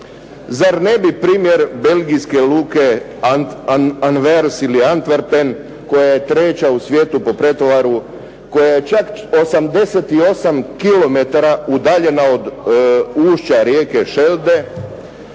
Zar ne bi primjer belgijske luke Anvers ili Antwerpen koja je treća u svijetu po pretovaru, koja je čak 88 kilometara udaljena od ušća rijeke Shelde